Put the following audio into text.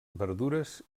verdures